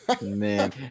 man